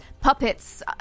puppets